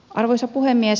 arvoisa puhemies